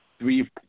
Three